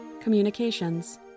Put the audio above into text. communications